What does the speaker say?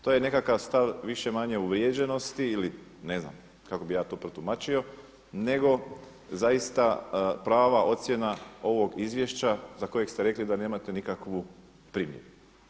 To je nekakav stav više-manje uvrijeđenosti ili ne znam kako bi ja to protumačio, nego zaista prava ocjena ovog izvješća za kojeg ste rekli da nemate nikakvu primjedbu.